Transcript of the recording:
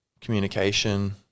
communication